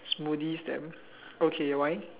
smoothie stand okay why